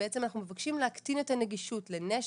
בעצם אנחנו מבקשים להקטין את הנגישות לנשק,